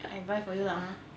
I buy for you lah !huh!